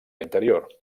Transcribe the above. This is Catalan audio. interior